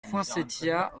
poinsettias